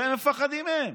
והם מפחדים מהם.